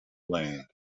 land